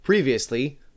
Previously